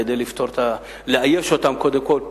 כדי לתת להם קודם כול,